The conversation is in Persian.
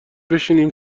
بشینیم